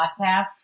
podcast